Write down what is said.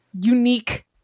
unique